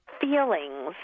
feelings